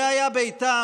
זה היה ביתם.